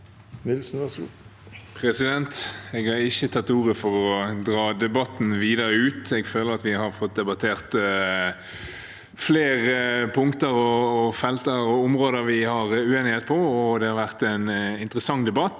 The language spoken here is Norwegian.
Nilsen (FrP) Jeg har ikke tatt ordet for å dra debatten videre ut, jeg føler vi har fått debattert flere punkter, felter og områder vi er uenige om. Det har vært en interessant debatt,